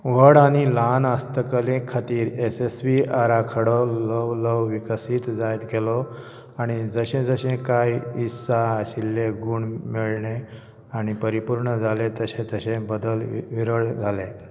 व्हड आनी ल्हान हस्तकले खातीर येसस्वी आराखडो ल्हव ल्हव विकसीत जायत गेलो आनी जशें जशें कांय इत्सा आशिल्लें गूण मेळ्ळें आनी परिपूर्ण जालें तशें तशें बदल विरळ जालें